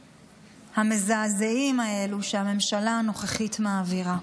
המזעזעים האלה שהממשלה הנוכחית מעבירה.